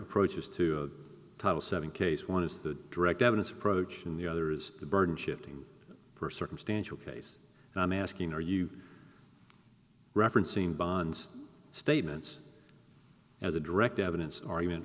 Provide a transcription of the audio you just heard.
approaches to title seven case one is the direct evidence approach and the other is the burden shifting for circumstantial case and i'm asking are you referencing bonds statements as a direct evidence argument